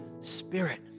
spirit